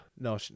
No